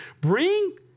bring